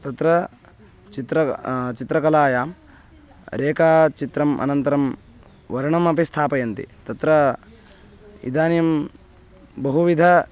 तत्र चित्र चित्रकलायां रेखाचित्रम् अनन्तरं वर्णम् अपि स्थापयन्ति तत्र इदानीं बहुविधानि